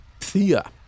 Thea